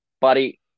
Buddy